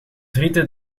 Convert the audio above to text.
rieten